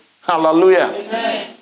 Hallelujah